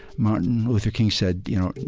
martin luther king said, you know,